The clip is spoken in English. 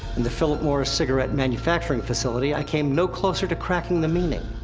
and the philip morris cigaret manufacturing facility, i came no closer to cracking the meaning.